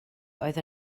oedd